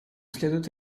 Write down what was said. следует